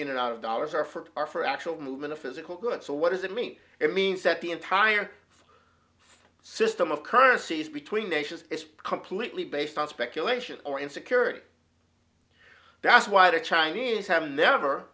in and out of dollars are for are for actual movement of physical goods so what does that mean it means that the entire system of currencies between nations is completely based on speculation or insecurity that's why the chinese have never